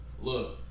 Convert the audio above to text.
Look